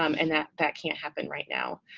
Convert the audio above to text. um and that that can't happen right now.